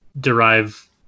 derive